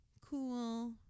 cool